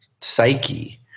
psyche